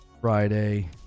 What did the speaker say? friday